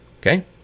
Okay